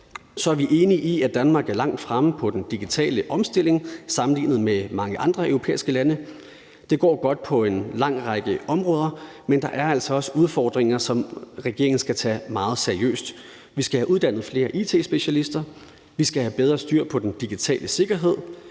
vi er enige i, at Danmark er langt fremme på den digitale omstilling sammenlignet med mange andre europæiske lande. Det går godt på en lang række områder, men der er altså også udfordringer, som regeringen skal tage meget seriøst. Vi skal have uddannet flere it-specialister, vi skal have bedre styr på den digitale sikkerhed,